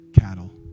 cattle